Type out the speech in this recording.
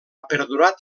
perdurat